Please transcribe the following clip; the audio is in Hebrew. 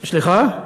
סליחה?